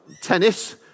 tennis